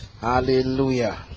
Hallelujah